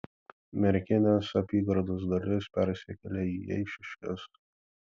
merkinės apygardos dalis persikėlė į eišiškes